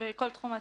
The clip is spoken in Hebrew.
סוגיית